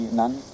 none